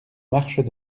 marches